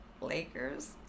Lakers